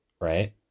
right